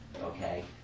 Okay